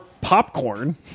popcorn